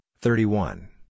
thirty-one